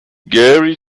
gary